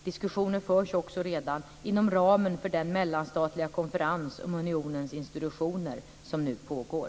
Diskussioner förs också redan inom ramen för den mellanstatliga konferens om unionens institutioner som nu pågår.